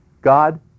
God